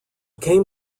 came